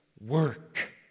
work